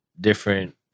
different